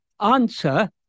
answer